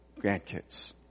grandkids